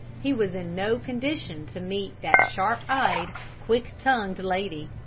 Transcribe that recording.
he was in no condition to meet that sharp-eyed, quick-tongued lady!